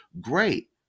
great